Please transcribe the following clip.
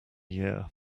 year